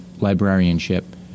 librarianship